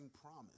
promise